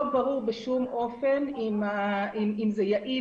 לא ברור בשום אופן אם זה יעיל,